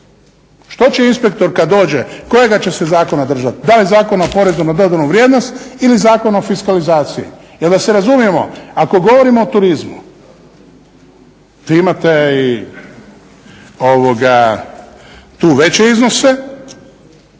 Što će inspektor kad dođe, kojega će se zakona držati, da li Zakona o PDV-u ili Zakona o fiskalizaciji? Jer da se razumijemo, ako govorimo o turizmu vi imate tu veće iznose,